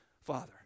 Father